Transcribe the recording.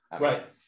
Right